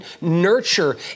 nurture